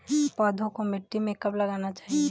पौधों को मिट्टी में कब लगाना चाहिए?